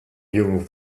young